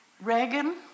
Reagan